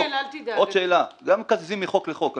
גם אני לא מבין למה מקזזים מחוק לחוק?